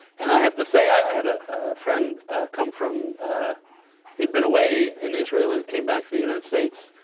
and i have to say, i had a friend come from he'd been away in israel and came back to the united states.